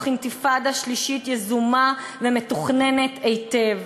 אינתיפאדה שלישית יזומה ומתוכננת היטב.